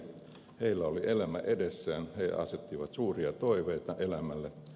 heillä oli elämä edessään he asettivat suuria toiveita elämälle